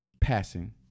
passing